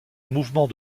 mouvements